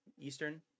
Eastern